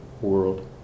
world